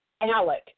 ALEC